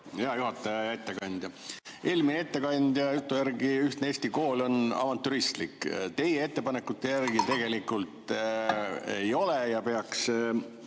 ja ettekandja! Eelmise ettekandja jutu järgi ühtne Eesti kool on avantüristlik. Teie ettepanekute järgi tegelikult ei ole ja peaks